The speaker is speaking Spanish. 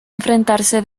enfrentarse